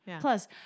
Plus